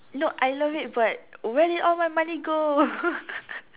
no I love it but where did all my money go